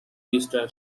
easter